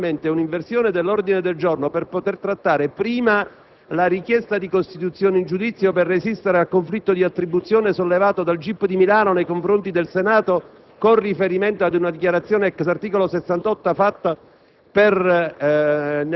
signor Presidente, chiedo formalmente un'inversione dell'ordine del giorno per poter trattare prima la richiesta di costituzione in giudizio per resistere nel conflitto di attribuzione sollevato dal GIP di Milano nei confronti del Senato con riferimento ad una dichiarazione di insindacabilità